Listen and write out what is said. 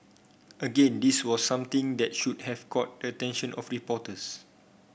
again this was something that should have caught the attention of reporters